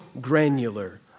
granular